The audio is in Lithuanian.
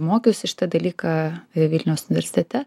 mokiausi šitą dalyką vilniaus universitete